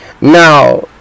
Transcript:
Now